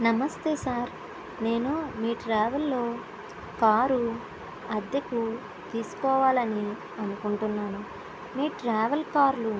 నమస్తే సార్ నేను మీ ట్రావెల్లో కారు అద్దెకు తీసుకోవాలని అనుకుంటున్నాను మీ ట్రావెల్ కార్లు